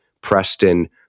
Preston